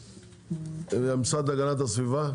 המשרד להגנת הסביבה?